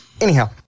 anyhow